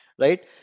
right